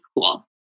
cool